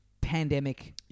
pandemic